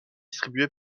distribuée